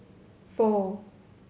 four